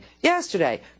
yesterday